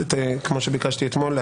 כמו שביקשתי אתמול,